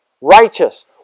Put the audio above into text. Righteous